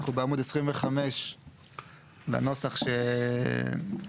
אנחנו בעמוד 25 לנוסח שהופץ,